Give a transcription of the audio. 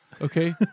Okay